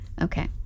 Okay